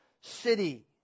city